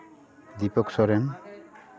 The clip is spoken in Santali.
ᱫᱤᱯᱚᱠ ᱥᱚᱨᱮᱱ